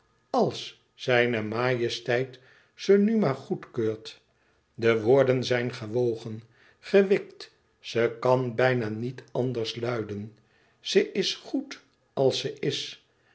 ls ijne ajesteit ze nu maar goedkeurt de woorden zijn gewogen gewikt ze kan bijna niet anders luiden ze is goed als ze is